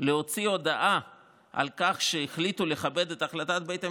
להוציא הודעה על כך שהחליטו לכבד את החלטת בית המשפט,